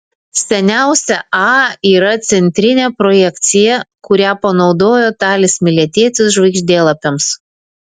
seniausia a yra centrinė projekcija kurią panaudojo talis miletietis žvaigždėlapiams